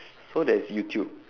so there is youtube